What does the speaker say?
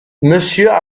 monsieur